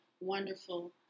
wonderful